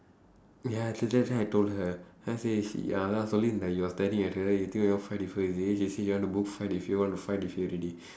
ya today then I told her then I say she ya lah like you're staring at her you think you want to fight with her is it she say you want to fight with you want to fight with you already